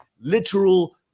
literal